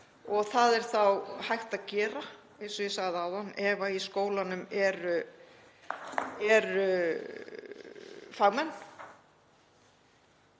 og það er þá hægt að gera, eins og ég sagði áðan, ef í skólanum eru fagmenn